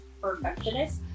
perfectionist